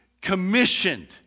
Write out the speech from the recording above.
commissioned